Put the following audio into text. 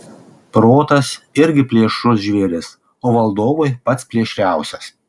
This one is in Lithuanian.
protas irgi plėšrus žvėris o valdovui pats plėšriausias